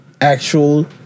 Actual